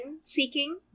seeking